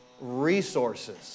resources